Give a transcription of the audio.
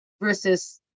versus